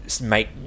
make